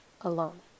alone